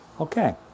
Okay